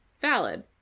Valid